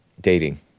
dating